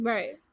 Right